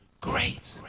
great